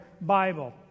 Bible